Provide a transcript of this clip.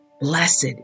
Blessed